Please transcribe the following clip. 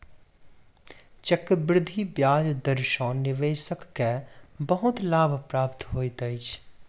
चक्रवृद्धि ब्याज दर सॅ निवेशक के बहुत लाभ प्राप्त होइत अछि